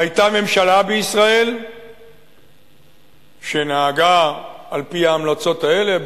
היתה ממשלה בישראל שנהגה על-פי ההמלצות האלה,